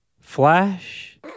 Flash